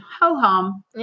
ho-hum